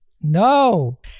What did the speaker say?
No